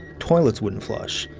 toilets wouldn't flush.